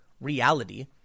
reality